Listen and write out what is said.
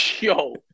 yo